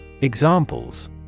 Examples